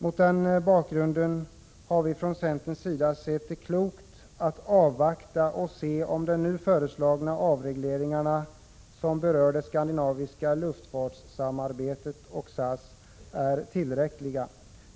Mot den bakgrunden har vi från centerns sida ansett det klokt att avvakta och se om de nu föreslagna avregleringarna, som berör det skandinaviska luftfartssamarbetet och SAS är tillräckliga.